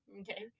Okay